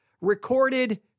recorded